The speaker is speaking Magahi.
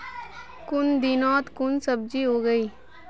कुन दिनोत कुन सब्जी उगेई?